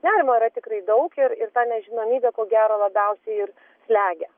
nerimo yra tikrai daug ir ir ta nežinomybė ko gero labiausiai ir slegia